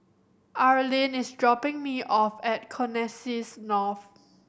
Arlin is dropping me off at Connexis North